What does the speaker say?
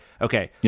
Okay